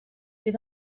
bydd